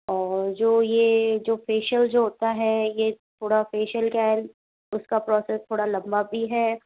और जो ये जो फेशियल जो होता है ये थोड़ा फेशियल का उसका प्रोसेस थोड़ा लंबा भी है